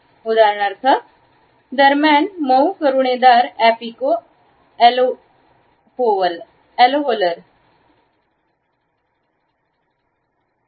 उदाहरणार्थ दरम्यान मऊ करुणेदार अॅपिको अल्व्होलर क्लिक करा